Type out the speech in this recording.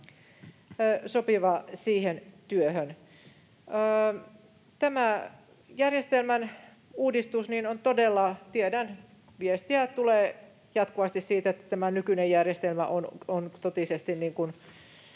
sopiva siihen työhön. Tämä järjestelmän uudistus on todella... Tiedän, viestiä tulee jatkuvasti siitä, että tämä nykyinen järjestelmä on totisesti